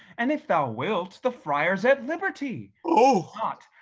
and if thou wilt the friar is at liberty oooh if not,